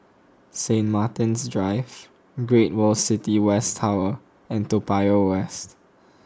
Saint Martin's Drive Great World City West Tower and Toa Payoh West